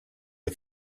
the